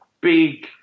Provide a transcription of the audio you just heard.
big